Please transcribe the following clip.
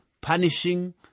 punishing